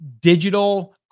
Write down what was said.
digital